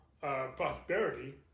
prosperity